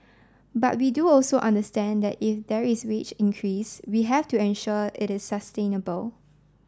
but we do also understand that if there is wage increase we have to ensure it is sustainable